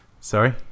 sorry